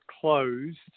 closed